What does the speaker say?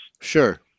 Sure